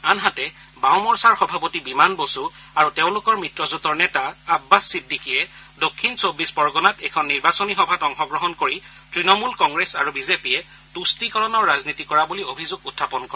আনহাতে বাঁও মৰ্চাৰ সভাপতি বিমান বসু আৰু তেওঁলোকৰ মিত্ৰজোঁটৰ নেতা আববাছ ছিদ্দিকিয়ে দক্ষিণ চৌবিবশ পৰগণাত এখন নিৰ্বাচনী সভাত অংশগ্ৰহণ কৰি ত্ণমূল কংগ্ৰেছ আৰু বিজেপিয়ে তুষ্টিকৰণৰ ৰাজনীতি কৰা বুলি অভিযোগ উত্থাপন কৰে